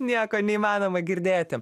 nieko neįmanoma girdėti